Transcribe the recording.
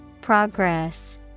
Progress